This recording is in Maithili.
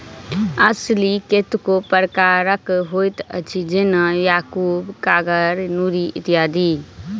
असील कतेको प्रकारक होइत अछि, जेना याकूब, कागर, नूरी इत्यादि